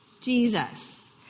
Jesus